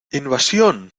invasión